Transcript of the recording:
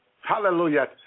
hallelujah